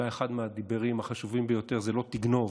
אחד מהדיברות החשובים ביותר זה "לא תגנוב",